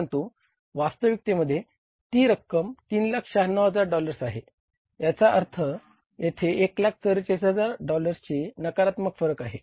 परंतु वास्तविकतेमध्ये ती रक्मम 396000 डॉलर्स आहे याचा अर्थ येथे 144000 डॉलर्सचे नकारात्मक फरक आहे